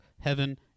heaven